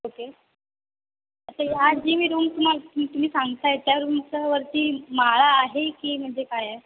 okay आता या जी मी रूम तुम्हाला तुम्ही सांगताय त्या रूमच्यावरती माळा आहे की म्हणजे काय आहे